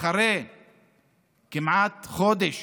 כמעט חודש